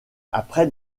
après